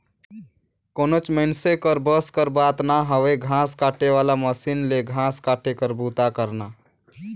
कोनोच मइनसे कर बस कर बात ना हवे घांस काटे वाला मसीन ले घांस काटे कर बूता करना